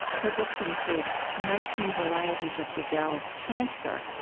her books include nineteen varieties of gazelle, transfer,